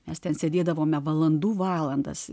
mes ten sėdėdavome valandų valandas